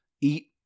eat